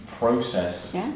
Process